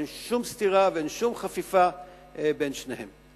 ואין שום סתירה ואין שום חפיפה בין שניהם.